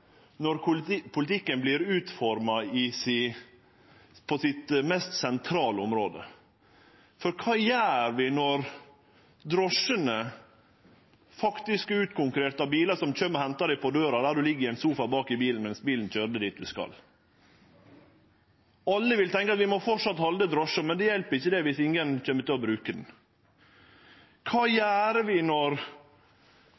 når han vert utforma på sitt mest sentrale område. For kva gjer vi når drosjene faktisk er utkonkurrerte av bilar som kjem og hentar deg på døra, der du ligg i ein sofa bak i bilen mens bilen køyrer deg dit du skal? Alle vil tenkje at vi framleis må halde drosjer, men det hjelper ikkje dersom ingen kjem til å bruke dei. Kva